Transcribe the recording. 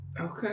Okay